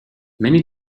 many